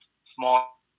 small